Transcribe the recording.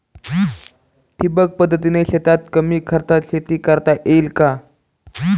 ठिबक पद्धतीने शेतात कमी खर्चात शेती करता येईल का?